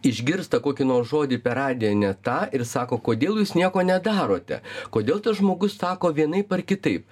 išgirsta kokį nors žodį per radiją ne tą ir sako kodėl jūs nieko nedarote kodėl tas žmogus sako vienaip ar kitaip